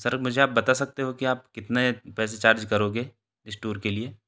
sir मुझे आप बता सकते हो कि आप कितने पैसे चार्ज करोगे इस टोर के लिए